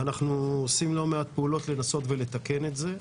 ואנחנו עושים לא מעט פעולות לנסות ולתקן את זה.